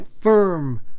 firm